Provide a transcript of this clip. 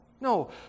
no